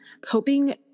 coping